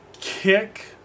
kick